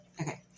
Okay